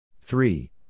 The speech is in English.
three